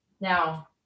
now